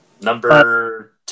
Number